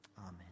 Amen